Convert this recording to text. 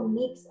mix